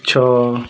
ଛଅ